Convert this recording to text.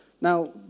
Now